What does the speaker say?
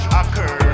occur